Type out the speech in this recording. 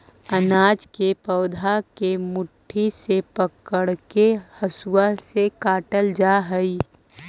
अनाज के पौधा के मुट्ठी से पकड़के हसुआ से काटल जा हई